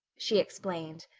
she explained.